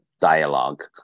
dialogue